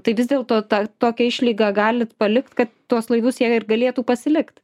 tai vis dėlto tą tokią išlygą galit palikt kad tuos laivus jie ir galėtų pasilikt